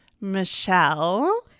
Michelle